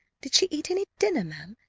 did she eat any dinner, ma'am?